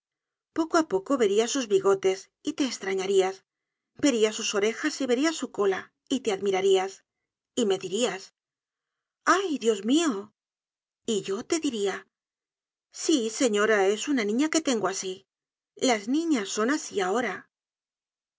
poco á poco verías sus bigotes y te estrañarias verías sus orejas y verias su cola y te admirarías y me dirías ay dios mio y yo tediria sí señora es una niña que tengo asi las niñas son asi ahora